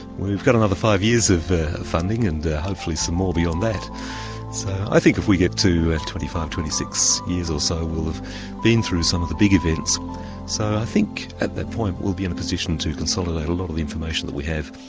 we've got another five years of funding and hopefully some more beyond that so i think if we get to twenty five, twenty six years or so we'll have been through some of the big events so i think at that point we'll be in a position to consolidate a lot of the information that we have,